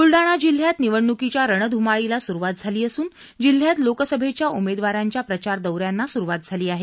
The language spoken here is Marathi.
ब्लढाणा जिल्ह्यात निवडणुकीच्या रणध्रमाळीला सुरुवात झाली असून जिल्ह्यात लोकसभेच्या उमेदवारांच्या प्रचार दौऱ्यांना सुरुवात झाली आहे